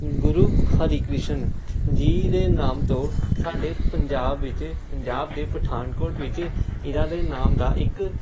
ਗੁਰੂ ਹਰਿਕ੍ਰਿਸ਼ਨ ਜੀ ਦੇ ਨਾਮ ਤੋਂ ਸਾਡੇ ਪੰਜਾਬ ਵਿੱਚ ਪੰਜਾਬ ਦੇ ਪਠਾਨਕੋਟ ਵਿੱਚ ਇਹਨਾਂ ਦੇ ਨਾਮ ਦਾ ਇੱਕ